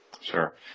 Sure